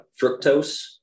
fructose